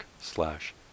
slash